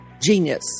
genius